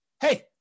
Hey